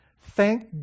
Thank